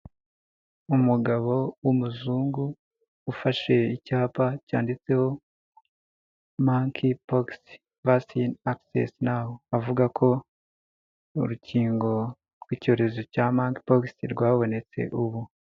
Umugabo w'umuzungu ufashe icyapa cyanditseho manki poxi vasine axisesi nawu avuga ko urukingo rw'icyorezo cya manki poxi rwabonetse ubu.